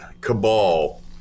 Cabal